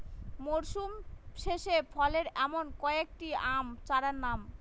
মরশুম শেষে ফলে এমন কয়েক টি আম চারার নাম?